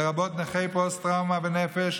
לרבות נכי פוסט-טראומה ונפש,